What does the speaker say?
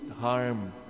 harm